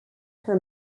her